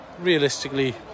realistically